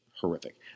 horrific